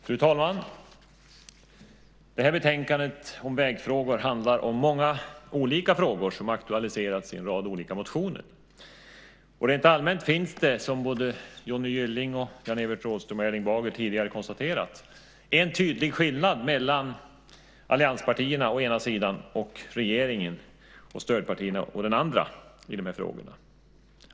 Fru talman! Betänkandet om vägfrågor handlar om många olika frågor som aktualiserats i en rad olika motioner. Rent allmänt finns det, som Johnny Gylling, Jan-Evert Rådhström och Erling Bager tidigare konstaterat, en tydlig skillnad mellan allianspartierna å ena sidan och regeringen och stödpartierna å den andra sidan i de här frågorna.